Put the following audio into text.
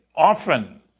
Often